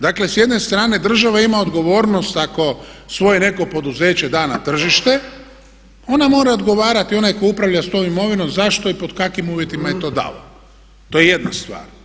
Dakle s jedne strane država ima odgovornost ako svoje neko poduzeće da na tržište ona mora odgovoriti, onaj tko upravlja s tom imovinom, zašto i pod kojim uvjetima je to dao to je jedna stvar.